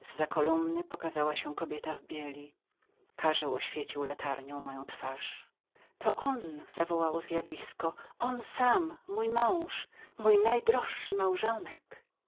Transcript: z za kolumny pokazała się kobieta w bieli karzeł oświecił latarnią moją twarz to on zawołało zjawisko on sam mój mąż mój najdroższy małżonek